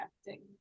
acting